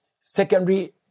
secondary